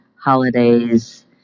holidays